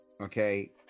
Okay